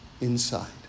inside